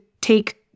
take